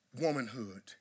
womanhood